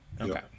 okay